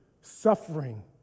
suffering